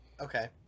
Okay